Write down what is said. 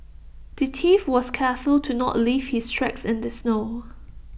the thief was careful to not leave his tracks in the snow